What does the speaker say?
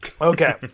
Okay